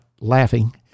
laughing